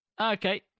Okay